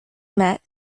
met